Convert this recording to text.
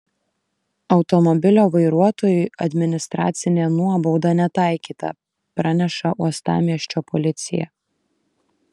automobilio vairuotojui administracinė nuobauda netaikyta praneša uostamiesčio policija